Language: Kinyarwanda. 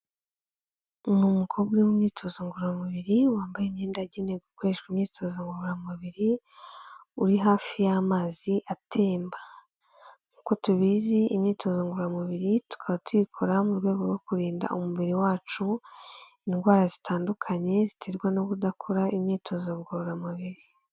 Ni umukobwa uri mu myitozo ngororamubiri, wambaye imyenda yagenewe gukoreshwa imyitozo ngororamubiri, uri hafi y'amazi atemba, nk'uko tubizi imyitozo ngororamubiri tukaba tuyikora mu rwego rwo kurinda umubiri wacu, indwara zitandukanye ziterwa no kudakora imyitozo ngororamubiri.